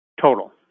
total